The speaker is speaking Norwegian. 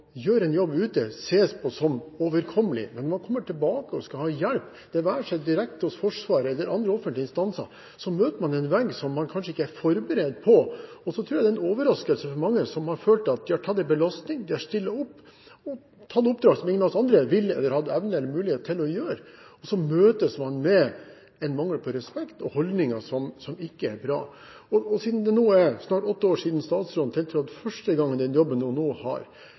være seg direkte av Forsvaret eller av andre offentlige instanser, møter man en vegg som man kanskje ikke er forberedt på. Jeg tror det er en overraskelse for mange som har følt at de har tatt en belastning – de har stilt opp og tatt oppdrag som ingen av oss andre ville, eller hadde evne eller mulighet til, å gjøre, og så møtes man med mangel på respekt og med holdninger som ikke er bra. Siden det snart er åtte år siden statsråden tiltrådte første gang i den jobben hun nå har: